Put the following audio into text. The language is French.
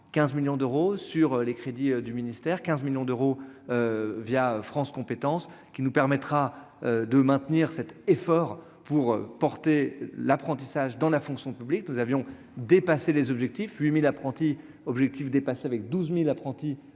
15 millions d'euros sur les crédits du ministère 15 millions d'euros via France compétences qui nous permettra de maintenir cet effort pour porter l'apprentissage dans la fonction publique, nous avions dépassé les objectifs 8000 apprentis objectif : dépasser avec 12000 apprentis